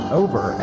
over